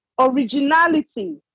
Originality